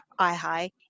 IHI